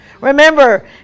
Remember